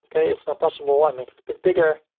okay. it's not possible. i make it a bit bigger.